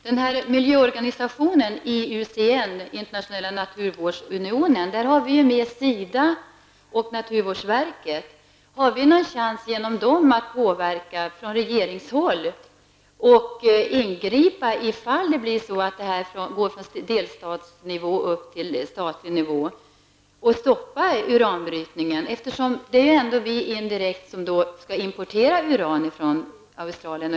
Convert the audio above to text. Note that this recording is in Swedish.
Herr talman! I IUCN, den internationella naturvårdsunionen, har vi med representanter från SIDA och naturvårdsverket. Om denna fråga går vidare från delstatsnivå till statlig nivå, har vi då någon chans att genom dessa representanter påverka från regeringshåll och ingripa för att stoppa uranbrytningen? Det är ju ändå vi som indirekt skall importera uran från Australien.